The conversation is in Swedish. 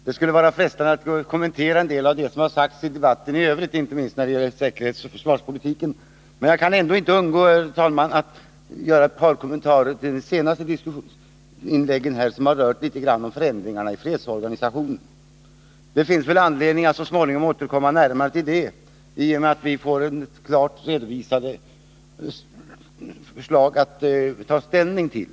Det skulle vara frestande att kommentera en del av det som har sagts i debatten i övrigt, inte minst när det gäller säkerhetsoch försvarspolitik, men jag skall nöja mig med att göra ett par kommentarer till de senaste inläggen, som rört förändringarna i fredsorganisationen. Det finns anledning att återkomma till de frågorna senare, i och med att vi får klart redovisade förslag att ta ställning till.